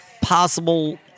possible